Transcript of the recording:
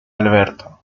alberto